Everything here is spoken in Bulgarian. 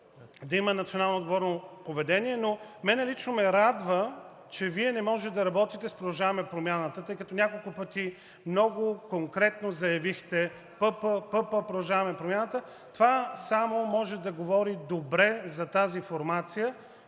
да има национално- отговорно поведение. Мен лично ме радва, че Вие не може да работите с „Продължаваме Промяната“, тъй като няколко пъти много конкретно заявихте ПП, ПП, „Продължаваме Промяната“ – това само може да говори добре за тази формация,